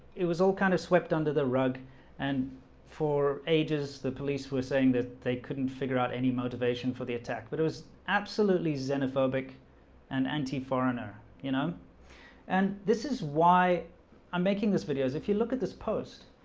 it was all kind of swept under the rug and for ages the police were saying that they couldn't figure out any motivation for the attack, but it was absolutely xenophobic and anti foreigner you know and this is why i'm making this videos if you look at this post,